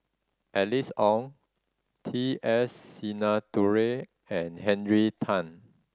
Alice Ong T S Sinnathuray and Henry Tan